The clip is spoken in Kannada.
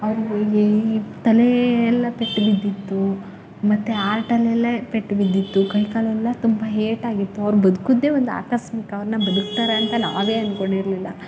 ಅವರಿಗೆ ಈ ತಲೆ ಎಲ್ಲ ಪೆಟ್ಬಿದ್ದಿತ್ತು ಮತ್ತೆ ಆರ್ಟಲ್ಲೆಲ ಪೆಟ್ಬಿದ್ದಿತ್ತು ಕೈ ಕಾಲೆಲ್ಲ ತುಂಬ ಏಟಾಗಿತ್ತು ಅವ್ರು ಬದ್ಕಿದ್ದೆ ಒಂದು ಆಕಸ್ಮಿಕ ಅವ್ರನ್ನ ಬದುಕ್ತಾರೆ ಅಂತ ನಾವೇ ಅಂದ್ಕೊಂಡಿರ್ಲಿಲ್ಲ